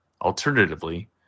alternatively